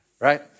Right